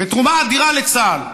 ותרומה אדירה לצה"ל.